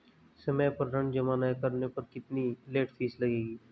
समय पर ऋण जमा न करने पर कितनी लेट फीस लगेगी?